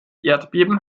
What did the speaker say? erdbeben